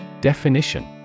Definition